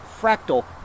fractal